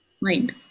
mind